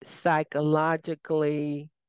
psychologically